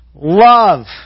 Love